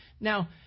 now